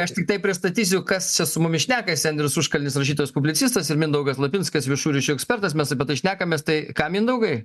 aš tiktai pristatysiu kas čia su mumis šnekasi andrius užkalnis rašytojas publicistas ir mindaugas lapinskas viešųjų ryšių ekspertas mes apie tai šnekamės tai ką mindaugai